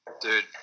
Dude